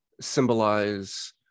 symbolize